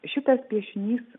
šitas piešinys